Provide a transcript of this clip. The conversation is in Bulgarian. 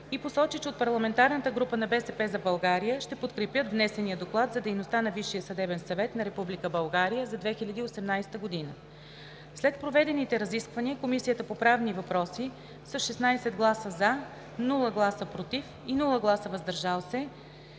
и посочи, че от парламентарната група на „БСП за България“ ще подкрепят внесения Доклад за дейността на Висшия съдебен съвет на Република България за 2018 г. След проведените разисквания Комисията по правни въпроси с 16 гласа „за“, без гласове „против“ и „въздържал се“